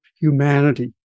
humanity